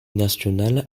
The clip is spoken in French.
national